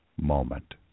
Moment